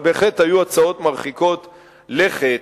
אבל בהחלט היו הצעות מרחיקות לכת,